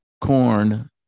corn